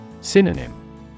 Synonym